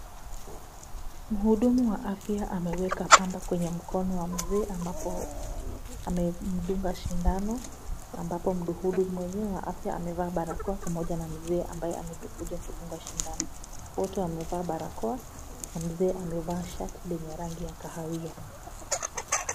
Mhudumu wa afya ameweka pamba kwenye mkono wa mzee ambapo amemdunga sindano, ambapo mhudumu mwenyewe wa afya pamoja na mzee ambaye amekuja kudungwa sindano. Wote wamevaa barakoa. Mzee amevaa shati lenye shati ya kahawia.